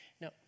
No